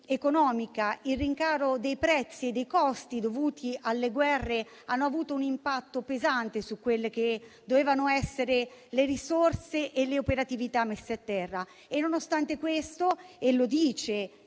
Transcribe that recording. economica e il rincaro dei prezzi e dei costi dovuti alle guerre hanno avuto un impatto pesante su quelle che dovevano essere le risorse e le operatività messe a terra. Nonostante questo - lo dice